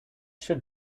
should